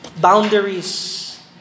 boundaries